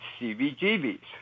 CBGB's